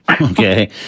Okay